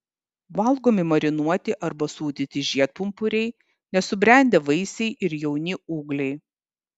valgomi marinuoti arba sūdyti žiedpumpuriai nesubrendę vaisiai ir jauni ūgliai